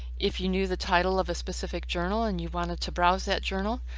if you knew the title of a specific journal and you wanted to browse that journal,